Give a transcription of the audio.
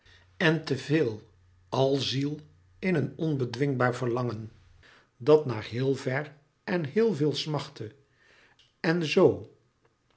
en te veel al ziel in een onbedwingbaar verlangen dat naar heel ver en heel veel smachtte en zoo